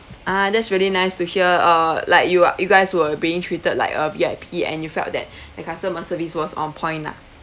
ah that's really nice to hear uh like you are you guys were being treated like a V_I_P and you felt that the customer service was on point lah